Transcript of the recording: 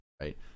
right